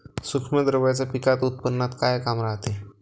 सूक्ष्म द्रव्याचं पिकाच्या उत्पन्नात का काम रायते?